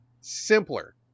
simpler